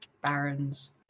barons